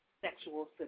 Sexual